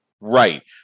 Right